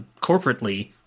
corporately